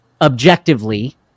objectively